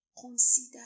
consider